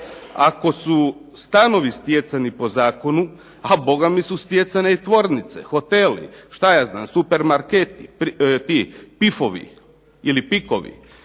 Ako su stanovi stjecani po zakonu, a Boga su mi stjecane i tvornice, hoteli, šta ja znam supermarketi, tifovi, ili pikovi,